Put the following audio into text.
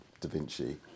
DaVinci